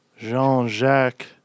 Jean-Jacques